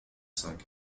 cinq